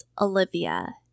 Olivia